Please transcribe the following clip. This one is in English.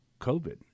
COVID